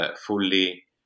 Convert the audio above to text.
fully